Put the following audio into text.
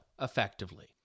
effectively